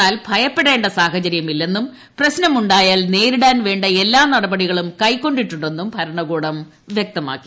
എന്നാൽ ഭയപ്പെടേ സാഹചര്യമില്ലെന്നും പ്രശ്നമു ഔയാൽ നേരിടാൻ വേ എല്ലാ നടപടികളും കൈക്കൊ ിട്ടു െ ന്നും ഭരണകൂടം വ്യക്തമാക്കി